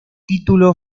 título